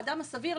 האדם הסביר,